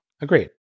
Agreed